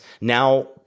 now